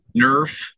nerf